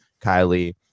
Kylie